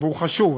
והוא חשוב.